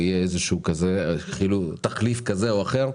יהיה תחליף כזה או אחר.